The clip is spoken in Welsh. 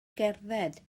gerdded